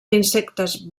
insectes